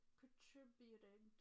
contributing